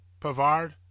Pavard